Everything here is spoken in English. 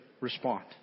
respond